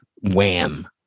wham